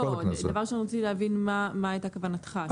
לא, דבר ראשון רציתי להבין מה הייתה כוונתך.